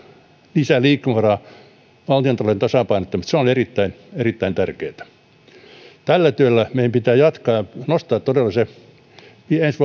lisää liikkumavaraa valtiontalouden tasapainottamiseen ja se on erittäin erittäin tärkeää tällä tiellä meidän pitää jatkaa nostaa todella se ensi